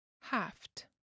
Haft